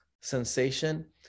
sensation